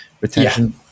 retention